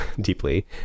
deeply